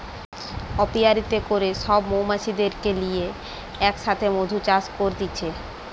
অপিয়ারীতে করে সব মৌমাছিদেরকে লিয়ে এক সাথে মধু চাষ করতিছে